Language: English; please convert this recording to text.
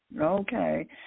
Okay